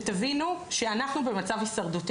שתבינו שאנחנו במצב הישרדותו.